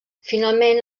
finalment